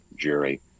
Jury